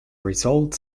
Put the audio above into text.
result